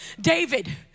David